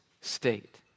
state